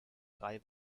drei